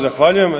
Zahvaljujem.